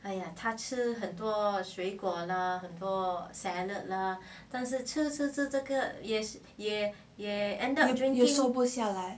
瘦不下来